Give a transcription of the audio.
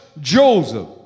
Joseph